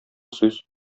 сүз